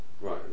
Right